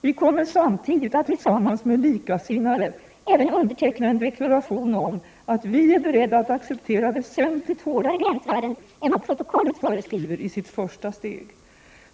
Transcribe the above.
Vi kommer samtidigt att tillsammans med likasinnade även underteckna en deklaration om att vi är beredda att acceptera väsentligt hårdare gränsvärden än vad protokollet föreskriver i sitt första steg.